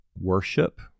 Worship